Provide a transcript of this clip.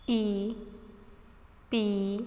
E P